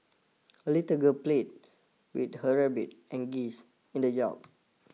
the little girl played with her rabbit and geese in the yard